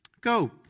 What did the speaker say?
Go